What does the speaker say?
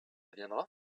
viendra